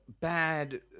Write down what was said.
bad